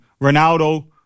Ronaldo